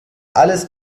alles